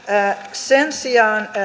sen sijaan